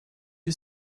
you